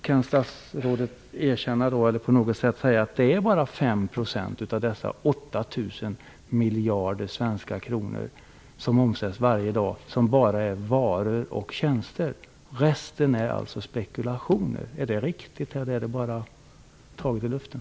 Kan statsrådet erkänna eller på något sätt säga att det bara är 5 % av dessa 8 000 miljarder svenska kronor som omsätts varje dag som enbart är varor och tjänster, och resten är alltså spekulationer? Är det riktigt, eller är det bara taget ur luften?